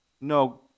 no